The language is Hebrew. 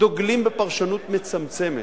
דוגלים בפרשנות מצמצמת,